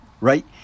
right